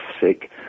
sick